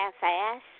half-ass